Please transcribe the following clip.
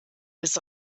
bis